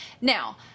Now